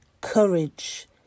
courage